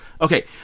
Okay